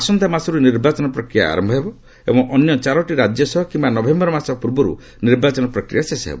ଆସନ୍ତା ମାସରୁ ନିର୍ବାଚନ ପ୍ରକ୍ରିୟା ଆରମ୍ଭ ହେବ ଏବଂ ଅନ୍ୟ ଚାରୋଟି ରାଜ୍ୟ ସହ କିମ୍ବା ନଭେମ୍ଘର ମାସ ପୂର୍ବରୁ ନିର୍ବାଚନ ପ୍ରକ୍ରିୟା ଶେଷ ହେବ